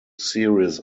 series